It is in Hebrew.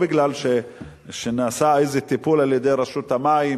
לא בגלל שנעשה איזה טיפול על-ידי רשות המים